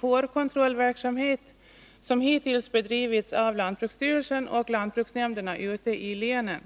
fårkontrollverksamhet som hittills bedrivits av lantbruksstyrelsen och lantbruksnämnderna ute i länen.